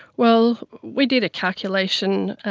well, we did a calculation